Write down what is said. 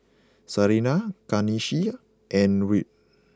Serena Kanisha and Wirt